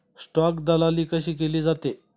Stock दलाली कशी केली जाते?